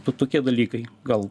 to tokie dalykai gal